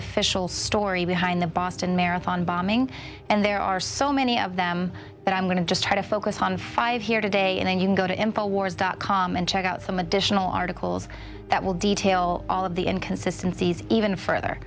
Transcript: official story behind the boston marathon bombing and there are so many of them but i'm going to just try to focus on five here today and then you can go to him for wars dot com and check out some additional articles that will detail all of the inconsistency is even further